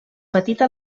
petita